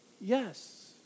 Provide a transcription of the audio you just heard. Yes